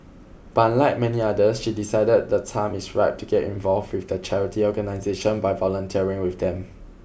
but unlike many others she decided the time is ripe to get involved with the charity organisation by volunteering with them